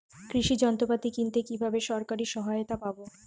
কৃষি যন্ত্রপাতি কিনতে কিভাবে সরকারী সহায়তা পাব?